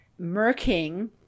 murking